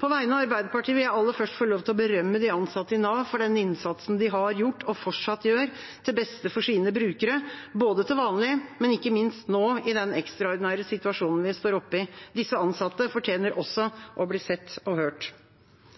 På vegne av Arbeiderpartiet vil jeg aller først få lov til å berømme de ansatte i Nav for den innsatsen de har gjort, og fortsatt gjør, til beste for sine brukere, både til vanlig og ikke minst nå i den ekstraordinære situasjonen vi står oppe i. Disse ansatte fortjener også å bli sett og hørt.